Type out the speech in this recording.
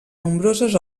nombroses